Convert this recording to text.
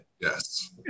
Yes